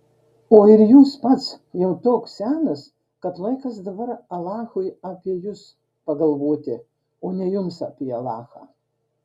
o ir jūs pats jau toks senas kad laikas dabar alachui apie jus pagalvoti o ne jums apie alachą